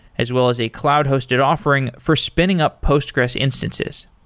as well as a cloud hosted offering for spinning up postgres instances.